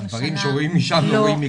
מה, דברים שרואים משם לא רואים מכאן?